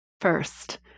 First